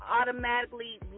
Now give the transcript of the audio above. automatically